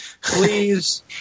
Please